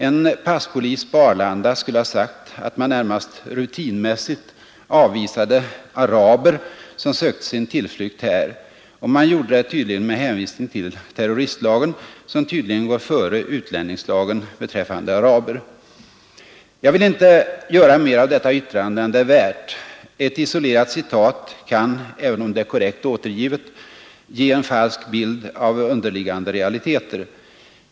En passpolis på Arlanda skulle ha sagt att man närmast rutinmässigt avvisade araber, som sökte sin tillflykt här. Och man gjorde det med hänvisning till terroristlagen, som tydligen går före utlänningslagen beträffande araber. Jag vill inte göra mer av detta yttrande än det är värt — ett isolerat citat kan, även om det är korrekt återgivet, ge en falsk bild av underliggande realiteter.